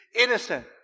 innocent